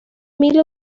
mil